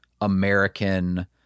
American